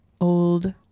old